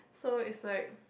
so it's like